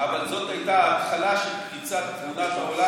אבל זו הייתה ההתחלה של פריצת תמונת העולם